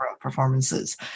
performances